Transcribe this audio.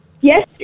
Yes